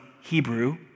Hebrew